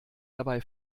dabei